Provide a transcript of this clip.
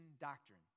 doctrine